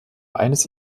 eines